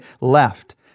left